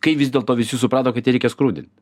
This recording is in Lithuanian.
kaip vis dėlto visi suprato kad ją reikia skrudint